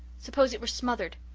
suppose it were smothered!